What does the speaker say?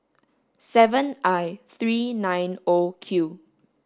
seven I three nine O Q